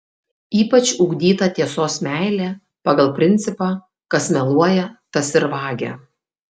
ypač ugdyta tiesos meilė pagal principą kas meluoja tas ir vagia